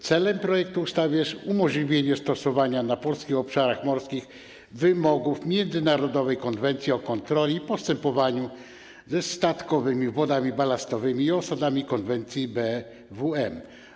Celem projektu ustawy jest umożliwienie stosowania na polskich obszarach morskich wymogów Międzynarodowej konwencji o kontroli i postępowaniu ze statkowymi wodami balastowymi i osadami, konwencji BWM.